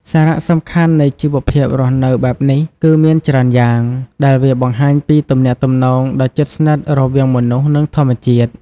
សារៈសំខាន់នៃជីវភាពរស់នៅបែបនេះគឺមានច្រើនយ៉ាង ដែលវាបង្ហាញពីទំនាក់ទំនងដ៏ជិតស្និទ្ធរវាងមនុស្ស និងធម្មជាតិ។